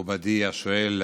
מכובדי השואל,